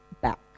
back